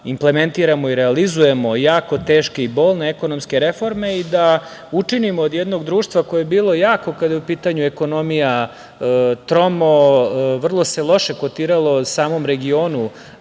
implementiramo i realizujemo jako teške i bolne ekonomske reforme i da učinimo od jednog društva koje je bilo jako, kada je u pitanju ekonomija, tromo, vrlo se loše kotiralo u samom regionu,